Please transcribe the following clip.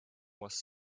was